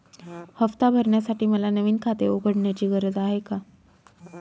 हफ्ता भरण्यासाठी मला नवीन खाते उघडण्याची गरज आहे का?